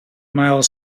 miles